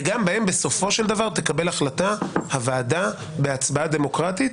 וגם בהם בסופו של דבר הוועדה תקבל החלטה בהצבעה דמוקרטית,